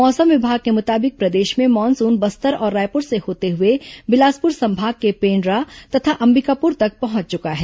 मौसम विभाग के मुताबिक प्रदेश में मानसून बस्तर और रायपुर से होते हुए बिलासपुर संभाग के पेण्ड् ा तथा अंबिकापुर तक पहुंच चुका है